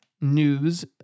news